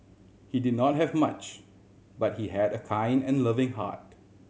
he did not have much but he had a kind and loving heart